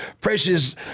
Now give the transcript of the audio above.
precious